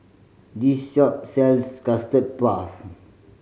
this shop sells Custard Puff